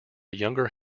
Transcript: younger